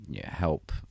help